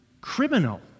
criminal